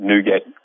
NuGet